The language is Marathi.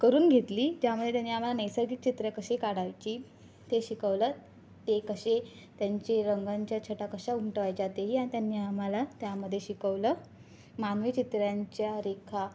करून घेतली त्यामुळे त्यांनी आम्हाला नैसर्गिक चित्रं कशी काढायची ते शिकवलं ते कसे त्यांचे रंगांच्या छटा कशा उमटवायच्या ते ही त्यांनी आम्हाला त्यामध्ये शिकवलं मानवी चित्रांच्या रेखा